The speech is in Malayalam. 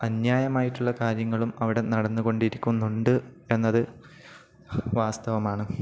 അന്യായമായിട്ടുള്ള കാര്യങ്ങളും അവിടെ നടന്നുകൊണ്ടിരിക്കുന്നുണ്ട് എന്നതു വാസ്തവമാണ്